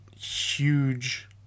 huge